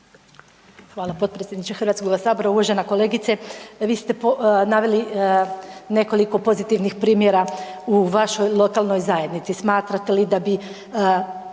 Hvala potpredsjedniče HS. Uvažena kolegice, vi ste naveli nekoliko pozitivnih primjera u vašoj lokalnoj zajednici. Smatrate li da bi